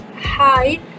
Hi